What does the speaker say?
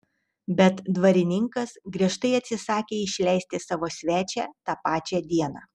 bet dvarininkas griežtai atsisakė išleisti savo svečią tą pačią dieną